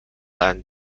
land